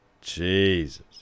Jesus